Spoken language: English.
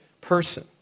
person